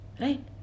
Right